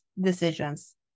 decisions